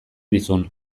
dizun